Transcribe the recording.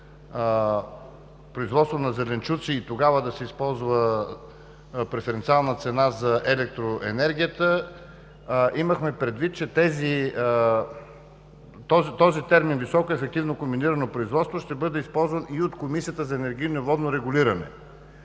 производство на зеленчуци и тогава да се използва преференциална цена за електроенергията, имахме предвид, че този термин –„високоефективно комбинирано производство“, ще бъде използван и от Комисията за енергийно и водно регулиране.